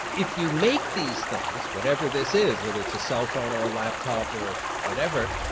if you make these things whatever this is whether it's a cell phone, or a laptop, or whatever,